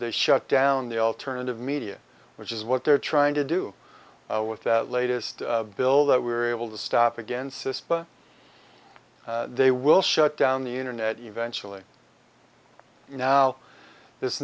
they shut down the alternative media which is what they're trying to do with that latest bill that we were able to stop against cispa they will shut down the internet eventually now this